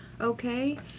okay